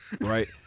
Right